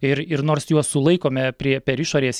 ir ir nors juos sulaikome prie per išorės